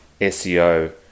SEO